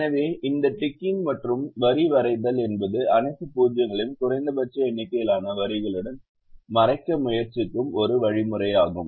எனவே இந்த டிக்கிங் மற்றும் வரி வரைதல் என்பது அனைத்து 0 களையும் குறைந்தபட்ச எண்ணிக்கையிலான வரிகளுடன் மறைக்க முயற்சிக்கும் ஒரு வழிமுறையாகும்